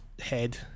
head